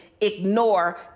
ignore